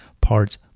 parts